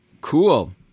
Cool